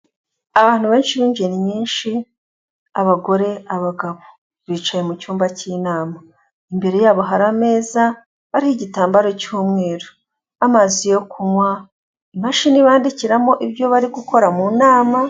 Abantu benshi b'ingeri nyinshi, abagore, abagabo, bicaye mu cyumba cy'inama, imbere yabo hari ameza ariho igitambaro cy'umweru, amazi yo kunywa, imashini bandikiramo ibyo bari gukora mu nama.